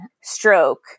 stroke